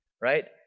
Right